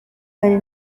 hari